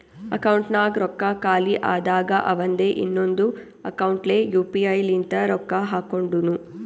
ಅಕೌಂಟ್ನಾಗ್ ರೊಕ್ಕಾ ಖಾಲಿ ಆದಾಗ ಅವಂದೆ ಇನ್ನೊಂದು ಅಕೌಂಟ್ಲೆ ಯು ಪಿ ಐ ಲಿಂತ ರೊಕ್ಕಾ ಹಾಕೊಂಡುನು